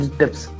tips